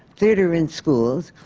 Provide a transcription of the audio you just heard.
theatre in schools,